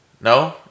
No